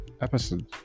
episode